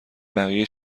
بقیه